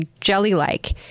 jelly-like